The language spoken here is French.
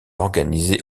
organisé